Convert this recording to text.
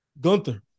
gunther